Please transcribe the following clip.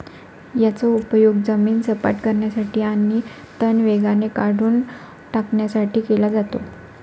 याचा उपयोग जमीन सपाट करण्यासाठी आणि तण वेगाने काढून टाकण्यासाठी केला जातो